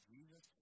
Jesus